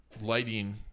lighting